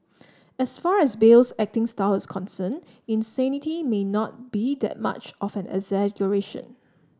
as far as Bale's acting style is concerned insanity may not be that much of an exaggeration